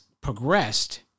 progressed